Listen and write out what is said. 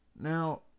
now